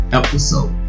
episode